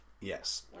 Yes